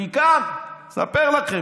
בעיקר, אספר לכם,